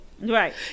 right